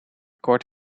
kort